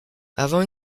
avant